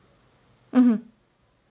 mmhmm